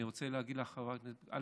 אני רוצה להגיד לך, חברת הכנסת, א.